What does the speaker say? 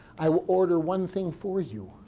i will order one thing for you.